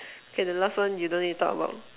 okay the last one you don't need to talk about